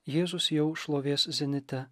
jėzus jau šlovės zenite